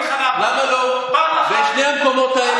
אני אגיד לך למה: פעם אחת זה בגלל החוק, למה לא?